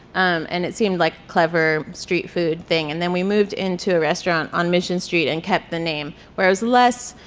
um and it seemed like a clever street food thing and then we moved into a restaurant on mission street and kept the name, where it was less